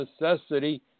necessity